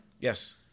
Yes